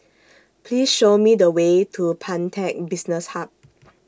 Please Show Me The Way to Pantech Business Hub